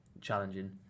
challenging